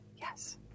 Yes